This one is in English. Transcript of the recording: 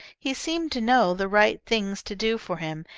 he seemed to know the right things to do for him,